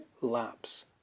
lapse